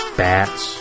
bats